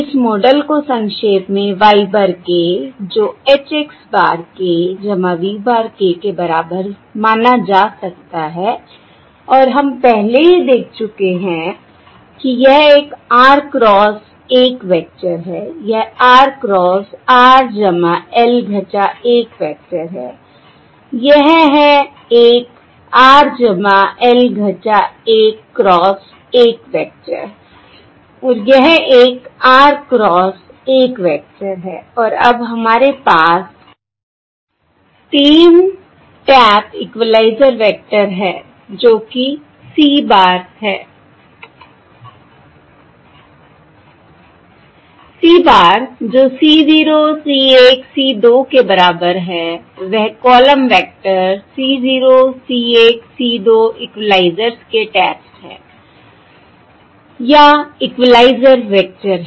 इस मॉडल को संक्षेप में y bar k जो H x bar k v bar k के बराबर माना जा सकता है और हम पहले ही देख चुके हैं कि यह एक r क्रॉस 1 वेक्टर है यह r cross r L 1 vector है यह है एक r L 1 क्रॉस 1 वेक्टर और यह एक r क्रॉस 1 वेक्टर है और अब हमारे पास 3 टैप इक्वलाइज़र वेक्टर है जो कि c bar है I c bar जो c c c के बराबर है वह column vector c c c equalisers के टैप्स हैं या इक्वलाइज़र वेक्टर है